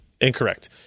incorrect